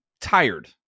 tired